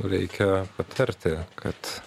reikia patarti kad